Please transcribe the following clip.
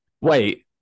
Wait